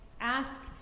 Ask